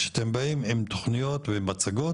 כשאתם באים עם תכניות ומצגות